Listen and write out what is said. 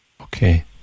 Okay